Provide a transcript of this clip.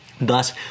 Thus